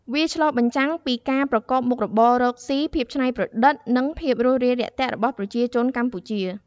វាឆ្លុះបញ្ចាំងពីការប្រកបមុខរបរកស៊ី ភាពច្នៃប្រឌិត និងភាពរួសរាយរាក់ទាក់របស់ប្រជាជនកម្ពុជា។